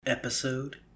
Episode